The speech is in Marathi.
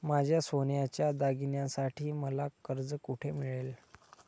माझ्या सोन्याच्या दागिन्यांसाठी मला कर्ज कुठे मिळेल?